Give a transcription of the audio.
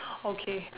okay